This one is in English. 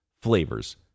flavors